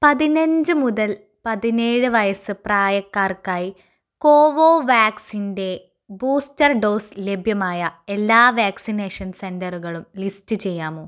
പതിനഞ്ച് മുതൽ പതിനേഴ് വയസ്സ് പ്രായക്കാർക്കായി കോവോവാക്സിൻ്റെ ബൂസ്റ്റർ ഡോസ് ലഭ്യമായ എല്ലാ വാക്സിനേഷൻ സെൻ്ററുകളും ലിസ്റ്റ് ചെയ്യാമോ